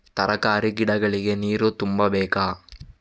ತರಕಾರಿ ಗಿಡಗಳಿಗೆ ನೀರು ತುಂಬಬೇಕಾ?